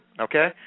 okay